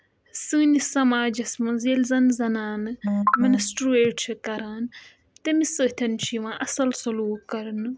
سٲنِس سماجَس منٛز ییٚلہِ زَن زَنانہٕ مِنِسٹرٛیٹ چھِ کَران تٔمِس سۭتۍ چھُ یِوان اَصٕل سلوٗک کَرنہٕ